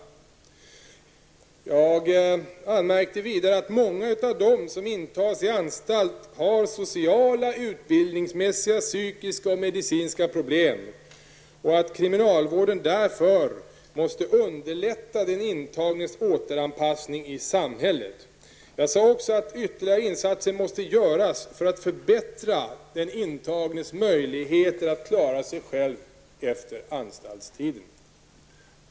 Vidare sade jag att många av dem som intas i anstalt har sociala, utbildningsmässiga, psykiska och medicinska problem och att kriminalvården därför måste underlätta den intagnes återanpassning i samhället. Jag sade också att det måste till ytterligare insatser för att förbättra den intagnes möjligheter att klara sig själv efter anstaltstiden.